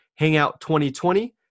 HANGOUT2020